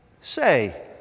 say